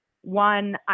One